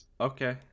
Okay